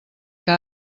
que